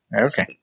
Okay